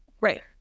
Right